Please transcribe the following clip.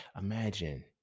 Imagine